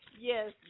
Yes